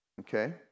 okay